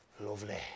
Lovely